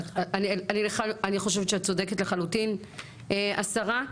אני חושבת שאת צודקת לחלוטין, השרה.